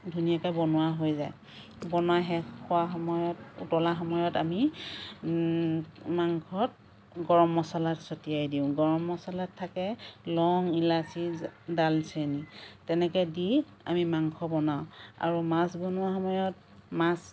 ধুনীয়াকৈ বনোৱা হৈ যায় বনোৱা শেষ হোৱা সময়ত উতলা সময়ত আমি মাংসত গৰম মছলা চটিয়াই দিওঁ গৰম মছলাত থাকে লং ইলাচি ডালচেনি তেনেকৈ দি আমি মাংস বনাওঁ আৰু মাছ বনোৱা সময়ত মাছ